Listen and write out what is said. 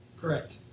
Correct